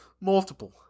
multiple